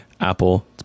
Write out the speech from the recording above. Apple